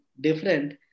different